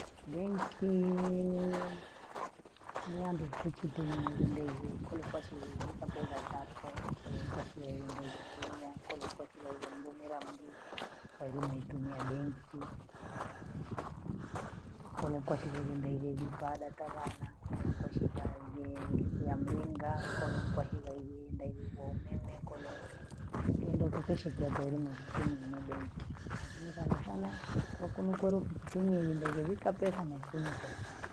Benki mia ndu fuchitimu ilinde igokole oshorii limpo tepatampo. kole nkwashia inda igofunya, kole nkwakila mrumila mrii, kwa hivyo naitumia benki, kole kwashila ibhenda ibhegi tabata vana kole nkoshiva ye lifura mlinga kole nkwahila ilienda ubhubhonele kole, kenda ketasheki ya balumueki keni na enedonki lakini sanasana kwa kuni kole fuchitome aiyenda ighevika pesa na ifunte.